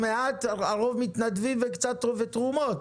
הרוב מתנדבים ותרומות.